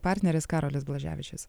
partneris karolis blaževičius